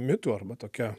mitų arba tokia